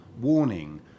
warning